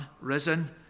risen